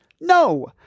No